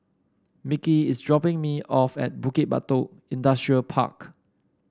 Micky is dropping me off at Bukit Batok Industrial Park